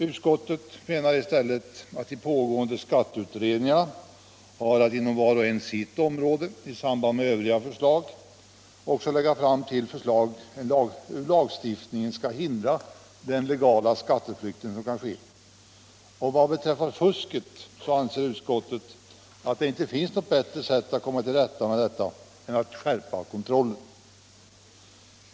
Utskottet menar i stället att de pågående skatteutredningarna var och en inom sitt område har att i samband med övriga förslag också lägga fram förslag till hur skattelagstiftningen skall förhindra legal skatteflykt. Vad beträffar fusket anser utskottet att det inte finns något bättre sätt att komma till rätta med det än att stärka kontrollen.